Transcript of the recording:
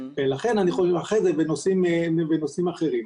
וכך בנושאים אחרים.